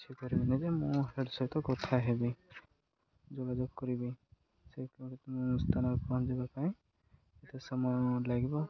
ସେଇପାରିବିନି ଯେ ମୁଁ ହେଡ୍ ସହିତ କଥା ହେବି ଯୋଗାଯୋଗ କରିବି ସେ ମୁଁ ସ୍ଥାନରେ ପହଞ୍ଚିବା ପାଇଁ ଏତେ ସମୟ ଲାଗିବ